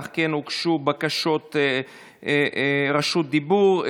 אך כן הוגשו בקשות רשות דיבור.